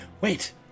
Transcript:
Wait